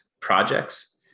projects